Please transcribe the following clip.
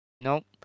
Nope